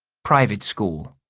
private school